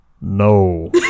No